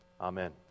amen